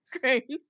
Great